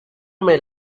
may